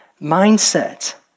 mindset